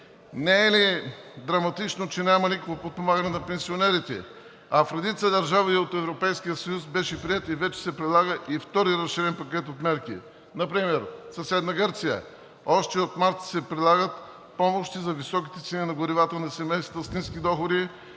Не е ли драматично, че няма никакво подпомагане на пенсионерите, а в редица държави от Европейския съюз вече се прилага и втори разширен пакет от мерки! Например в съседна Гърция още от март се прилагат помощи за високите цени на горивата и на семействата с ниски доходи,